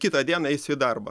kitą dieną eisiu į darbą